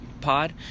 Pod